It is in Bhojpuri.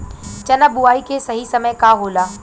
चना बुआई के सही समय का होला?